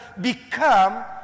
become